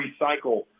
recycle